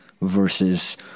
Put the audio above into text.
versus